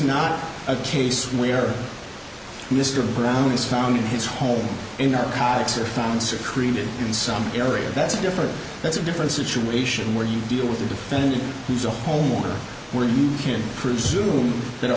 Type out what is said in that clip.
not a case where mr brown is found in his home in our cars are found secreted in some area that's a different that's a different situation where you deal with the defendant who's a homeowner where you can presume that a